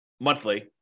monthly